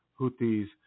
houthi's